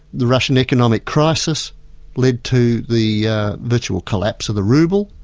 the russian economic crisis led to the virtual collapse of the rouble,